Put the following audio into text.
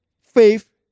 faith